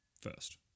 first